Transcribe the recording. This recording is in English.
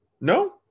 No